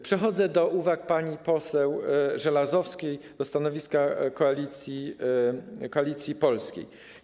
Przechodzę do uwag pani poseł Żelazowskiej, do stanowiska Koalicji Polskiej.